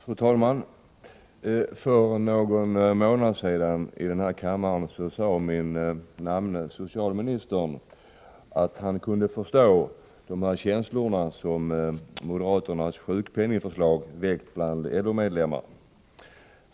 Fru talman! För någon månad sedan sade min namne socialministern i den här kammaren att han kunde förstå de känslor som moderaternas sjukpenningförslag väckt bland LO-medlemmar.